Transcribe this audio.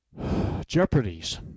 jeopardies